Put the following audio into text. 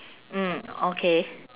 mm okay